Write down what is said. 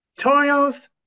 tutorials